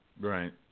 Right